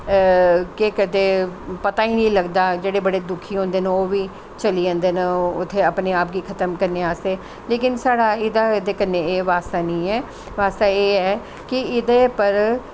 केह् करदे पता गै निं लगदा जेह्ड़े बड़े दुखी होंदे ओह् बी चली जंदे न ओह् उत्थें अपने आप गी खतम करने आस्तै लेकिन साढ़ा एह्दे कन्नै एह् बास्ता निं ऐ बास्ता एह् ऐ के एह्दे उप्पर